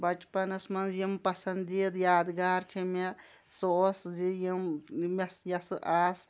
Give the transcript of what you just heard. بَچپَنَس منٛز یِم پَسَنٛدیٖد یادگار چھِ مےٚ سُہ اوس زِ یِم یِم مےٚ یَسہٕ آس